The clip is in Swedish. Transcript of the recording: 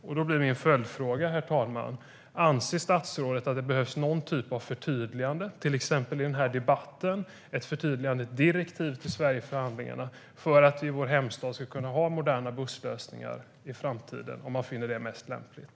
Därför blir min följdfråga, herr talman: Anser statsrådet att det behövs någon typ av förtydligande, till exempel i den här debatten eller i form av ett förtydligande direktiv till Sverigeförhandlingen, för att man i vår hemstad ska kunna ha moderna busslösningar i framtiden - om man finner det mest lämpligt?